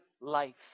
life